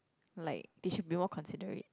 like they should be more considerate